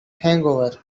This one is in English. hangover